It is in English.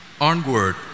onward